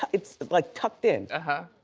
it's like tucked in. ah huh.